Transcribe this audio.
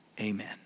amen